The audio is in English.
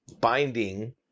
binding